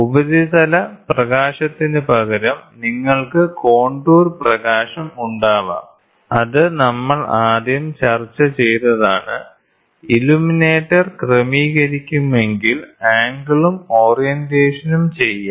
ഉപരിതല പ്രകാശത്തിനുപകരം നിങ്ങൾക്ക് കോണ്ടൂർ പ്രകാശം ഉണ്ടാവാം അത് നമ്മൾ ആദ്യം ചർച്ചചെയ്തതാണ് ഇല്യുമിനേറ്റർ ക്രമീകരിക്കുമെങ്കിൽ ആംഗിളും ഓറിയന്റേഷനും ചെയ്യാം